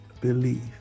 believe